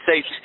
say